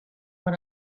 when